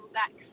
back